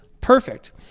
perfect